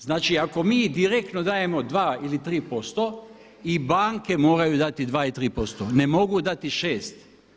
Znači ako mi direktno dajemo dva ili tri posto i banke moraju dati dva i tri posto, ne mogu dati šest.